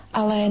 ale